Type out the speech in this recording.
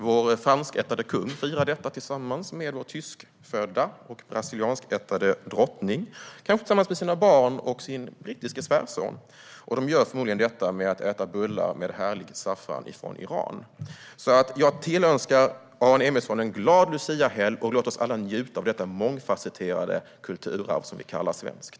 Vår franskättade kung firar detta tillsammans med vår tyskfödda och brasilianskättade drottning och kanske tillsammans med sina barn och sin brittiske svärson. De gör förmodligen detta genom att äta bullar med härlig saffran från Iran. Jag tillönskar som sagt Aron Emilsson en glad luciahelg, och låt oss alla njuta av detta mångfasetterade kulturarv som vi kallar svenskt.